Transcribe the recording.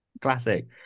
classic